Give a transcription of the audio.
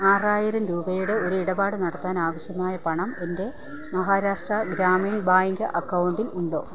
ആറായിരം രൂപയുടെ ഒരു ഇടപാട് നടത്താനാവശ്യമായ പണം എൻ്റെ മഹാരാഷ്ട്ര ഗ്രാമീൺ ബാങ്ക് അക്കൗണ്ടിൽ ഉണ്ടോ